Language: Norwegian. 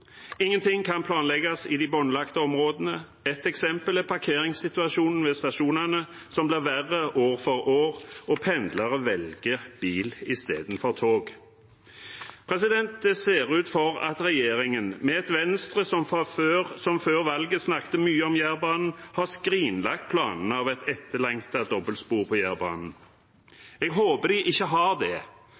Ingenting kan planlegges i de båndlagte områdene. Ett eksempel er parkeringssituasjonen ved stasjonene, som blir verre år for år, og pendlere velger bil istedenfor tog. Det ser ut som at regjeringen, med et Venstre som før valget snakket mye om Jærbanen, har skrinlagt planene om et etterlengtet dobbeltspor på Jærbanen. Jeg håper de ikke har det.